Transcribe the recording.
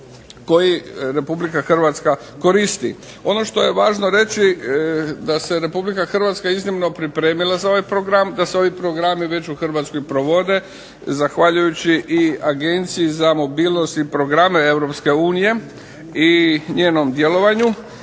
koji Republika Hrvatska koristi. Ono što je važno reći, da se Republika Hrvatska iznimno pripremila za ovaj program, da se ovi programi već u Hrvatskoj provode zahvaljujući i Agenciji za mobilnost i programe Europske unije i njenom djelovanju